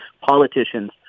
politicians